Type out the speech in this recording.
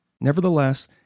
Nevertheless